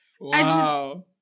Wow